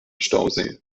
stausee